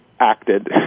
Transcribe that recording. acted